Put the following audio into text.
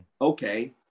Okay